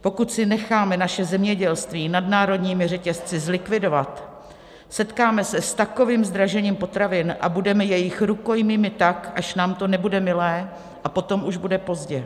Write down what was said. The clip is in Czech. Pokud si necháme naše zemědělství nadnárodními řetězci zlikvidovat, setkáme se s takovým zdražením potravin a budeme jejich rukojmími tak, až nám to nebude milé, a potom už bude pozdě.